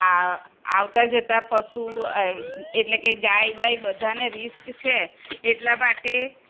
આ આવતાં જતાં પશુ એટલે કે ગાય બાય બધાને રિસ્ક છે એટલા માટે